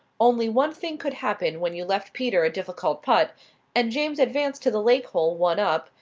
only one thing could happen when you left peter a difficult putt and james advanced to the lake hole one up,